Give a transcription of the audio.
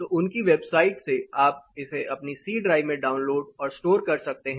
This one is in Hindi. तो उनकी वेबसाइट से आप इसे अपनी सी ड्राइव में डाउनलोड और स्टोर कर सकते हैं